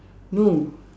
no